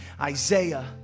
Isaiah